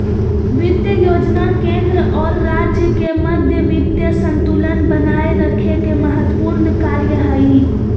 वित्त योजना केंद्र और राज्य के मध्य वित्तीय संतुलन बनाए रखे के महत्त्वपूर्ण कार्य हइ